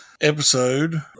episode